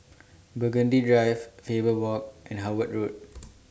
Burgundy Drive Faber Walk and Howard Road